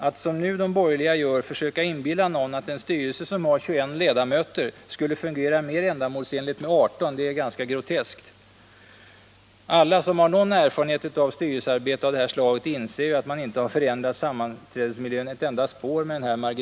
Att som de borgerliga nu gör försöka inbilla någon att en styrelse som har 21 ledamöter skulle fungera mer ändamålsenligt än en med 18 är groteskt. Alla som har någon erfarenhet av styrelsearbete av det här slaget inser att denna marginella förändring inte förändrar sammanträdesmiljön ett spår.